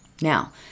Now